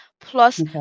Plus